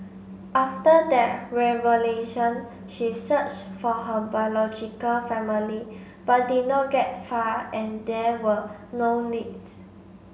after revelation she searched for her biological family but did not get far and there were no leads